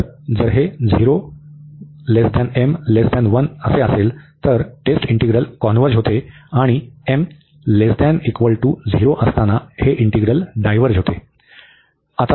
तर जर हे असेल तर टेस्ट इंटीग्रल कॉन्व्हर्ज होते आणि m≤0 असताना हे इंटीग्रल डायव्हर्ज होते